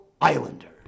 Islanders